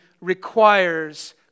requires